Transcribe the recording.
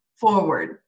forward